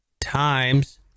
times